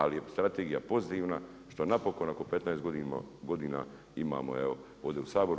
Ali je strategija pozitivna što napokon nakon 15 godina imamo evo ovdje u Saboru.